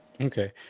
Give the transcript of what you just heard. Okay